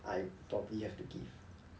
I probably have to give